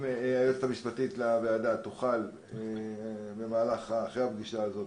אם היועצת המשפטית לוועדה תוכל אחרי הפגישה הזאת